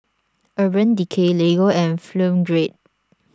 Urban Decay Lego and Film Grade